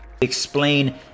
explain